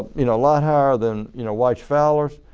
you know lot higher than you know wyche fowler's.